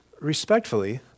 respectfully